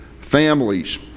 families